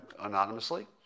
anonymously